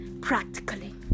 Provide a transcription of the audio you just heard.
practically